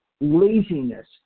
laziness